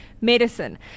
medicine